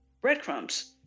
breadcrumbs